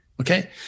okay